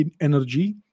energy